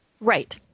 Right